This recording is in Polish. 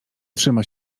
trzyma